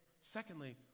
Secondly